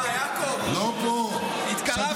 שמע, יעקב, התקרבתי, לא פה.